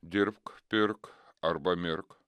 dirbk pirk arba mirk